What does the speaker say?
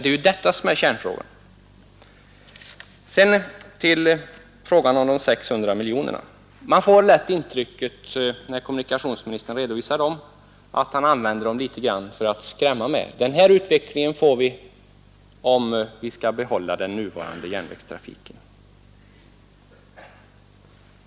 När kommunikationsministern redovisar de 600 miljonerna får man lätt intrycket att han använder dem litet grand för att skrämma — att den här utvecklingen får vi om vi skall behålla den nuvarande järnvägstrafiken.